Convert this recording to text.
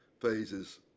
phases